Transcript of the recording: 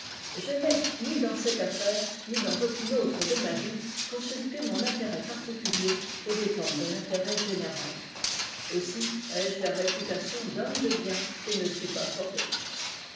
je n'ai ni dans cette affaire ni dans aucune autre de ma vie consulté mon intérêt particulier aux dépens de l'intérêt général aussi ai-je la réputation d'homme de bien et ne suis pas fort riche